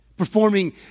performing